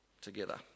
together